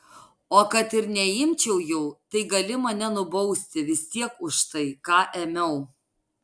o kad ir neimčiau jau tai gali mane nubausti vis tiek už tai ką ėmiau